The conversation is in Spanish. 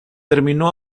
terminó